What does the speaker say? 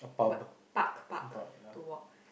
park park to walk